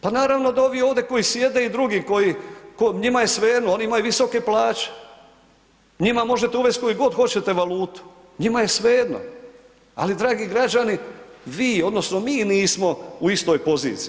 Pa naravno da ovi ovdje koji sjede i drugi koji, njima je svejedno, oni imaju visoke plaće, njima možete uvest koji hoćete valutu, njima je svejedno, ali dragi građani vi odnosno mi nismo u istoj poziciji.